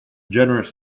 generous